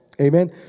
Amen